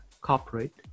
corporate